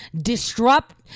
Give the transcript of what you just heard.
Disrupt